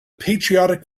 patriotic